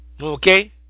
Okay